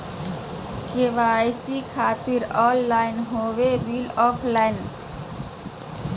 KYC से खातिर online हो बिल ऑफलाइन?